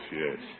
yes